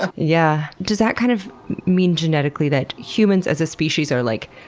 ah yeah. does that kind of mean genetically that humans as a species are like